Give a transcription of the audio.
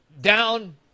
down